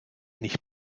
nicht